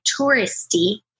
touristy